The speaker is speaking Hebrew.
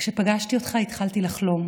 כשפגשתי אותך התחלתי לחלום.